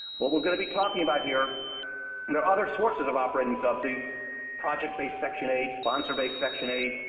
what we're going to be talking about here there are other sources of operating subsidy project-based section eight, sponsor-based section eight.